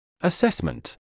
Assessment